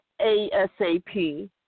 ASAP